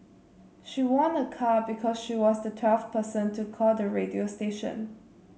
she won a car because she was the twelfth person to call the radio station